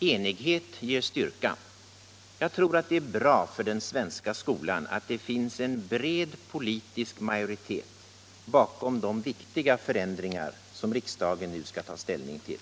Enighet ger styrka. Jag tror att det är bra för den svenska skolan att det finns en bred politisk majoritet bakom de viktiga förändringar som riksdagen nu skall ta ställning till.